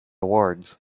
awards